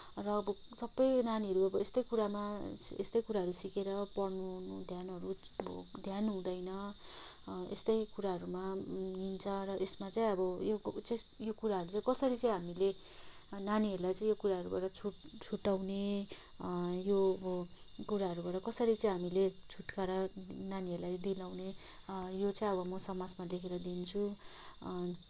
र अब सबै नानीहरू अब यस्तै कुरामा यस्तै कुराहरू सिकेर पढ्नुओड्नु ध्यानहरू अब ध्यान हुँदैन यस्तै कुराहरूमा मेन चाहिँ यसमा चाहिँ अब यो कुरो चाहिँ यो कुराहरू चाहिँ कसरी चाहिँ हामीले नानीहरूलाई चाहिँ यो कुराहरूबाट छुट छुटाउने यो अब यो कुराहरूबाट छुट छुटाउने यो कुराहरूबाट कसरी चाहिँ हामीले छुटकारा नानीहरूलाई दिलाउने यो चाहिँ अब म समाजमा लेखेर दिन्छु